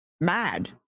mad